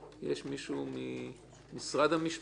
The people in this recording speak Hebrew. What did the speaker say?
יש מישהו ממשרד המשפטים?